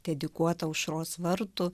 dedikuota aušros vartų